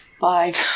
Five